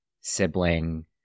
sibling